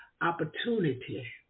opportunity